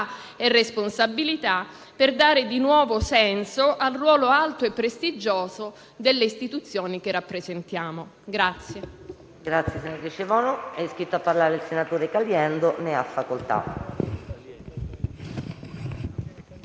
e responsabilità, per dare di nuovo senso al ruolo alto e prestigioso delle istituzioni che rappresentiamo.